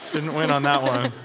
couldn't win on that one.